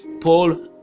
Paul